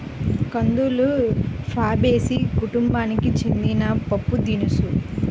కందులు ఫాబేసి కుటుంబానికి చెందిన పప్పుదినుసు